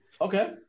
Okay